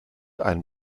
einen